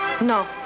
No